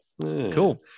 Cool